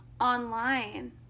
online